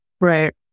Right